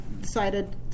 decided